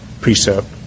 precept